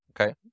okay